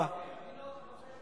אם אני לא משיב יש לך בעיה.